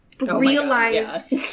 realized